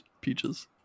peaches